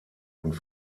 und